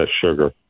sugar